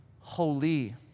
holy